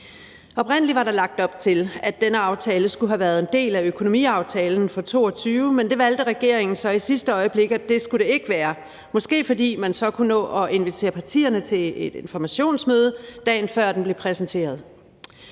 Oprindelig var der lagt op til, at denne aftale skulle have været en del af økonomiaftalen for 2022, men regeringen valgte så i sidste øjeblik, at det skulle den ikke være – måske fordi man så kunne nå at invitere partierne til et informationsmøde, dagen før den blev præsenteret.